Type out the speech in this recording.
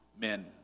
men